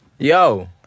Yo